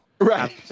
Right